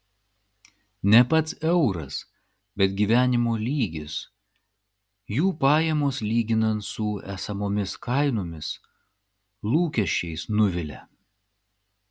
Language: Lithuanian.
ne pats euras bet gyvenimo lygis jų pajamos lyginant su esamomis kainomis lūkesčiais nuvilia